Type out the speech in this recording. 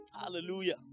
Hallelujah